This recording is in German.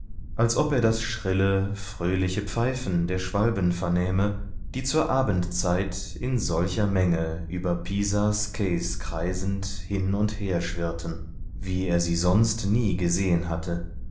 als ob er das schrille fröhliche pfeifen der schwalben vernähme die zur abendzeit in solcher menge über pisas quais kreisend hin und her schwirrten wie er sie sonst nie gesehen hatte